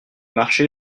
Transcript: marché